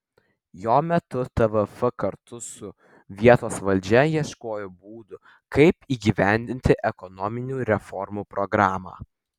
jo metu tvf kartu su vietos valdžia ieškojo būdų kaip įgyvendinti ekonominių reformų programą